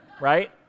Right